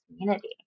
community